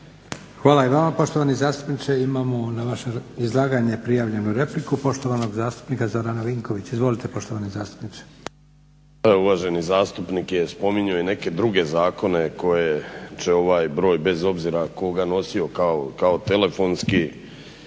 Hvala i vama poštovani zastupniče. Imamo na vaše izlaganje prijavljenu repliku poštovanog zastupnika Zorana Vinkovića. Izvolite poštovani zastupniče. **Vinković, Zoran (HDSSB)** Uvaženi zastupnik je spominjao i neke druge zakone koje će ovaj broj bez obzira tko ga nosio kao telefonski,